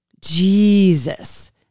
Jesus